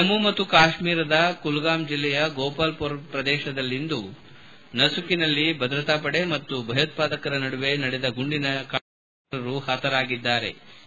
ಜಮ್ನು ಮತ್ತು ಕಾಶ್ಮೀರದ ಕುಲ್ಗಾಮ್ ಜಿಲ್ಲೆಯ ಗೋಪಾಲ್ಪೋರ್ ಪ್ರದೇಶದಲ್ಲಿಂದು ನಸುಕಿನಲ್ಲಿ ಭದ್ರತಾ ಪಡೆ ಮತ್ತು ಭಯೋತ್ವಾದಕರ ನಡುವೆ ನಡೆದ ಗುಂಡಿನ ಕಾಳಗದಲ್ಲಿ ಓರ್ವ ಉಗ್ರ ಹತನಾಗಿದ್ದಾನೆ